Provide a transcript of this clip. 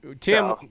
Tim